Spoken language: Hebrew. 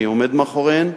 אני עומד מאחוריהן,